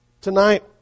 Tonight